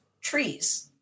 trees